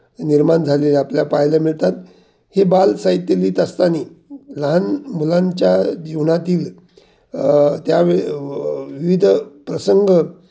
निर्माण झालेले आपल्या पाहायला मिळतात हे बाल साहित्य लिहीत असताना लहान मुलांच्या जीवनातील त्या विविध प्रसंग